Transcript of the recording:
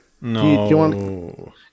No